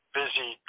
busy